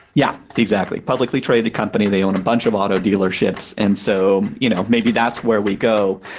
yeah, exactly. publicly traded company, they own a bunch of auto dealerships. and so you know maybe that's where we go.